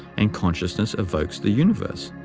and consciousness evokes the universe.